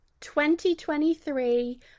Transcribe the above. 2023